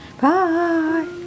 Bye